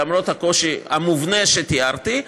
למרות הקושי המובנה שתיארתי.